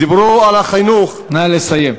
דיברו על החינוך, נא לסיים.